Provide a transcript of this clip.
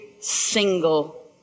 single